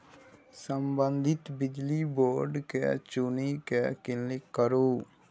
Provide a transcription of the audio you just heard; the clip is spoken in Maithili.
संबंधित बिजली बोर्ड केँ चुनि कए क्लिक करु